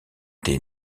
des